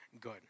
good